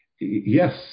yes